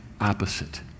opposite